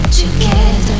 together